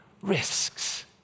risks